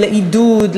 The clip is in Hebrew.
לעידוד,